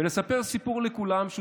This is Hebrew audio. ולספר לכולם סיפור,